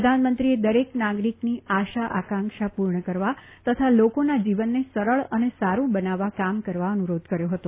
પ્રધાનમંત્રીએ દરેક નાગરિકની આશા આકાંક્ષા પૂર્ણ કરવા તથા લોકોના જીવનને સરળ અને સારુ બનાવવા કામ કરવા અનુરોધ કર્યો હતો